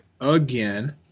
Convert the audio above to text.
again